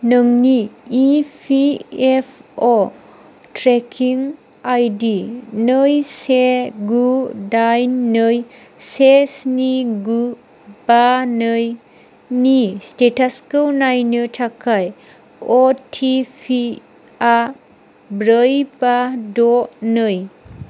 नोंनि इपिएफअ tracking ID नै से गु दाइन नै से स्नि गु बा नै नि स्टेटासखौ नायनो थाखाय अटिपिआ ब्रै बा द' नै